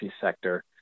sector